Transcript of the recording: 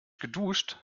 geduscht